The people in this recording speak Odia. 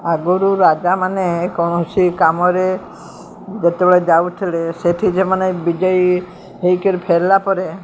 ଆଗରୁ ରାଜାମାନେ କୌଣସି କାମରେ ଯେତେବେଳେ ଯାଉଥିଲେ ସେଠି ସେମାନେ ବିଜୟୀ ହେଇକିରି ଫେରିଲା ପରେ